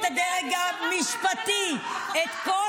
את הדרג המשפטי -- שתתמודד,